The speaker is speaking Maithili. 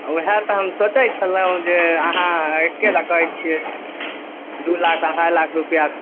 ओएह तऽ हम सोचै छलहुँए जे अहाँ केना कहै छियै दू लाख अढ़ाई लाख रुपैआ